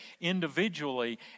individually